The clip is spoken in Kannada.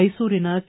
ಮೈಸೂರಿನ ಕೆ